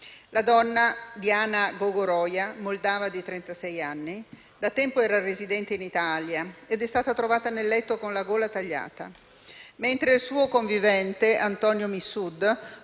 La donna, Diana Gogoroia, moldava di trentasei anni, da tempo residente in Italia, è stata trovata nel letto con la gola tagliata, mentre il suo convivente Antonio Missud,